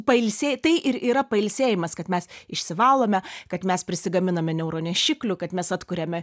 pailsė tai ir yra pailsėjimas kad mes išsivalome kad mes prisigaminame neuronešiklių kad mes atkuriame